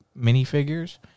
minifigures